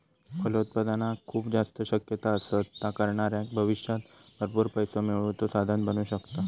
फलोत्पादनात खूप जास्त शक्यता असत, ता करणाऱ्याक भविष्यात भरपूर पैसो मिळवुचा साधन बनू शकता